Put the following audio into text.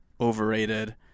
overrated